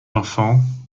enfants